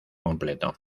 completo